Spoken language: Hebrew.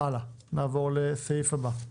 אם אין למישהו הערה, נעבור הלאה לסעיף הבא.